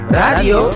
radio